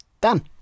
Done